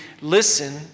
listen